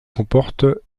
comporte